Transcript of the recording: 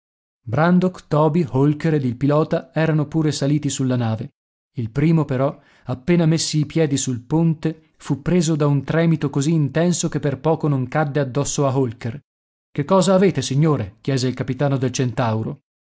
brandok toby holker ed il pilota erano pure saliti sulla nave il primo però appena messi i piedi sul ponte fu preso da un tremito così intenso che per poco non cadde addosso a holker che cosa avete signore chiese il capitano del centauro